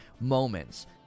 moments